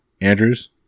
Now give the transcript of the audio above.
Andrews